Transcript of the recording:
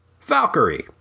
Valkyrie